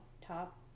Top